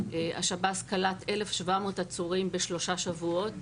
השב"ס קלט 1,700 עצורים בשלושה שבועות